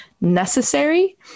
necessary